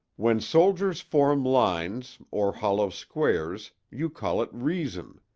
when soldiers form lines, or hollow squares, you call it reason.